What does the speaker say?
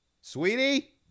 Sweetie